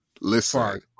Listen